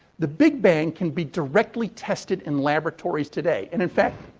the big bang can be directly tested in laboratories today. in in fact.